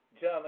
John